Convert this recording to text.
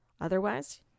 Otherwise